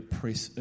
press